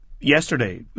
yesterday